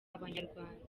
abanyarwanda